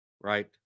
right